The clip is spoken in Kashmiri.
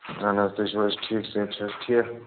اہن حظ تُہۍ چھُو حظ ٹھیٖک صحت چھا حظ ٹھیٖک